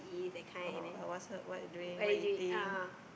uh ask her what you doing what you eating